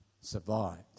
survived